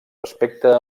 respecte